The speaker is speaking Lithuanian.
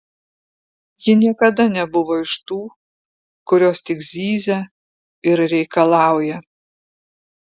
ji niekada nebuvo iš tų kurios tik zyzia ir reikalauja